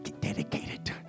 dedicated